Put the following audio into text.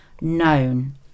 known